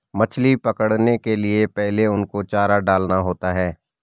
मछली पकड़ने के लिए पहले उनको चारा डालना होता है